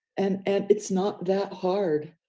and and it's not that hard.